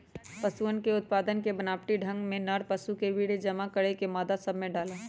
पशुअन के उत्पादन के बनावटी ढंग में नर पशु के वीर्य जमा करके मादा सब में डाल्ल